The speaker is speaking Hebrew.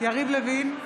יריב לוין,